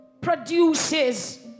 produces